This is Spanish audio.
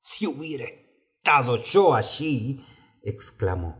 si hubiera estado yo allí exclamó